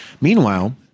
Meanwhile